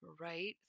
right